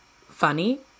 funny